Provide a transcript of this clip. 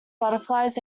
butterflies